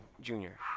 Junior